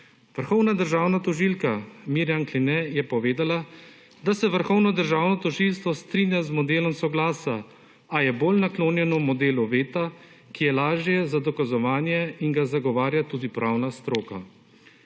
Vrhovna državna tožilka Mirjam Kline je povedala, da se Vrhovno državno tožilstvo strinja z modelom soglasja, a je bolj naklonjena modelu veta, ki je lažje za dokazovanje in ga zagovarja tudi pravna stroka.